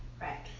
Right